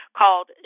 called